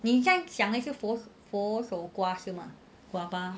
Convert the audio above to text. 你在讲那些佛手瓜是吗